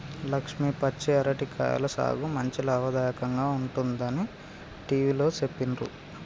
లక్ష్మి పచ్చి అరటి కాయల సాగు మంచి లాభదాయకంగా ఉంటుందని టివిలో సెప్పిండ్రు